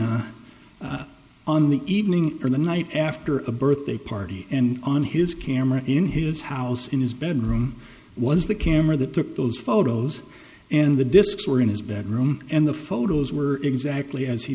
vagina on the evening or the night after a birthday party and on his camera in his house in his bedroom was the camera that took those photos and the disks were in his bedroom and the photos were exactly as he